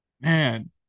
Man